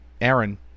Aaron